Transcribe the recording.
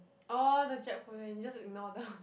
orh the Jap-Korean you just ignore the